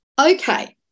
okay